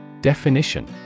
Definition